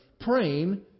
praying